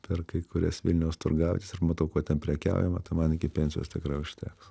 per kai kurias vilniaus turgavietes ir matau kuo ten prekiaujama tai man iki pensijos tikrai užteks